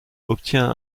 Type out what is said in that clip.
obtient